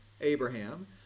Abraham